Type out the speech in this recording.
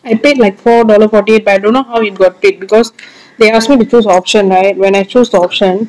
I paid like four dollar fourty eight but I don't know how you got it because they ask me to choose the option right when I chose the option